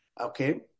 Okay